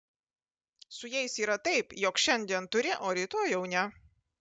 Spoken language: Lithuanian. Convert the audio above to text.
su jais yra taip jog šiandien turi o rytoj jau ne